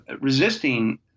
resisting